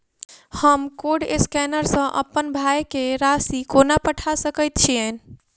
हम code scanner सँ अप्पन भाय केँ राशि कोना पठा सकैत छियैन?